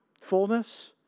fullness